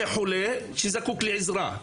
זה חולה שזקוק לעזרה.